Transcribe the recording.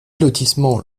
lotissement